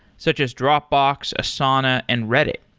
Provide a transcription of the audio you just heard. such as dropbox, asana and reddit.